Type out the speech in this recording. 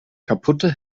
kaputte